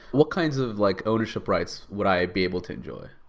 what kinds of like ownership rights would i be able to enjoy?